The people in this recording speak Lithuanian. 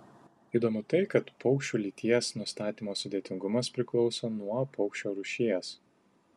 įdomu tai kad paukščių lyties nustatymo sudėtingumas priklauso nuo paukščio rūšies